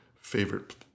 favorite